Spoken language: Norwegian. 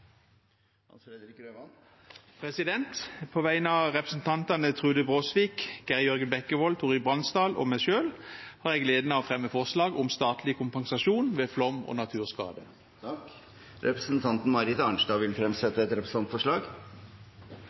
Fredrik Grøvan vil fremsette et representantforslag. På vegne av representantene Trude Brosvik, Geir Jørgen Bekkevold, Torhild Bransdal og meg selv har jeg gleden av å fremme et representantforslag om statlig kompensasjon ved flom og naturskade. Representanten Marit Arnstad vil fremsette et representantforslag.